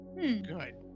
Good